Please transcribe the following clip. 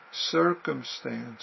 circumstance